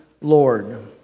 Lord